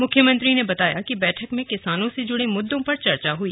मुख्यमंत्री ने कहा कि बैठक में किसानों से जुड़े मुद्दों पर चर्चा हुई